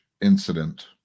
incident